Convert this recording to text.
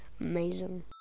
Amazing